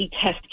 test